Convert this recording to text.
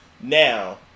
Now